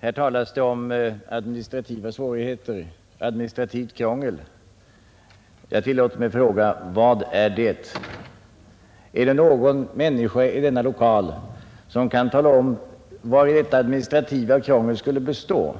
Här talas om ”administrativa svårigheter” och ”administrativt krångel”. Jag tillåter mig fråga: Vad är det? Är det någon människa som kan tala om vari detta administrativa krångel skulle bestå?